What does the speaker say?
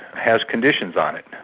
has conditions on it,